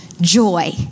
joy